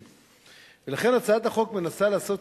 ללא מתנגדים וללא נמנעים.